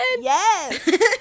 yes